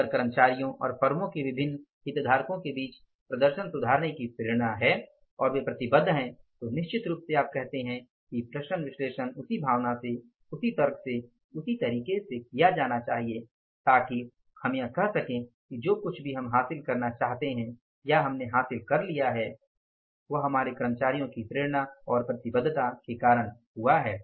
अगर कर्मचारियों और फर्मों के विभिन्न हितधारकों के बीच प्रदर्शन सुधारने की प्रेरणा है और वे प्रतिबद्ध हैं तो निश्चित रूप से आप कहते हैं कि विचरण विश्लेषण उसी भावना से उसी तर्क से उसी तरीके से किया जाना चाहिए ताकि हम यह कह सकें कि जो कुछ भी हम हासिल करना चाहते थे वह हमने हासिल कर लिया है और यह हमारे कर्मचारियों की प्रेरणा और प्रतिबद्धता के कारण हुआ है